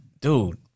Dude